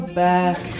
back